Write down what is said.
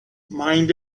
mind